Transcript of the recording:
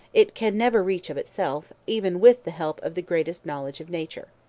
it can never reach of itself, even with the help of the greatest knowledge of nature.